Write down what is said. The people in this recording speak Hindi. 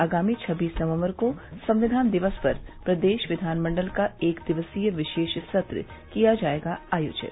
आगामी छब्बीस नवम्बर को संविधान दिवस पर प्रदेश विधानमंडल का एक दिवसीय विशेष सत्र किया जायेगा आयोजित